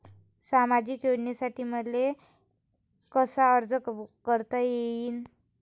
सामाजिक योजनेसाठी मले कसा अर्ज करता येईन?